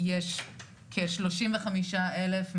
יש כשלושים וחמישה אלף,